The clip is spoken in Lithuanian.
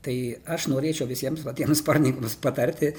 tai aš norėčiau visiems va tiems sportininkams patarti